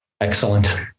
Excellent